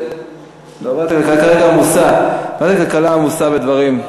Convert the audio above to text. ועדת הכלכלה עמוסה, ועדת הכלכלה עמוסה בדברים.